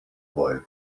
wife